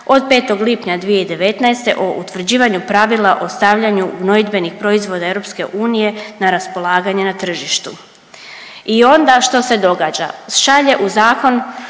od 5. lipanja 2019. o utvrđivanju pravila o stavljanju gnojidbenih proizvoda EU na raspolaganje na tržištu. I onda što se događa? Šalje u zakon